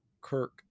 Kirk